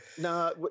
no